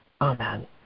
Amen